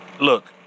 Look